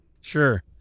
Sure